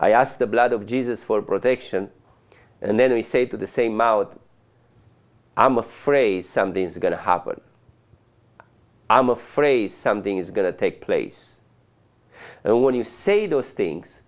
i asked the blood of jesus for protection and then he said to the same out i'm afraid something's going to happen i'm afraid something is going to take place and when you say those things